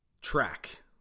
track